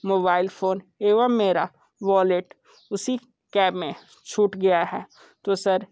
mobile phone एवं मेरा wallet उसी कैब में छूट गया है तो सर